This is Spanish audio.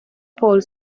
paul